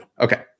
Okay